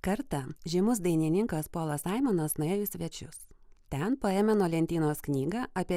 kartą žymus dainininkas polas aimanas nuėjo į svečius ten paėmė nuo lentynos knygą apie